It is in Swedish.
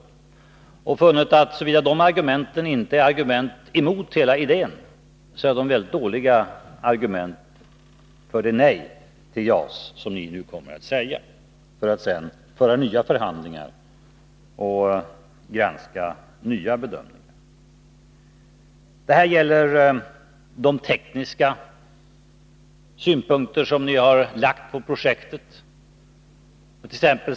Jag har funnit att såvitt de argumenten inte är argument emot hela idén, så är de väldigt dåliga argument för ett uppskov, för att sedan föra nya förhandlingar och granska nya bedömningar. Det här gäller de tekniska synpunkter som ni har lagt på projektet. Ni hart.ex.